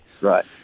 right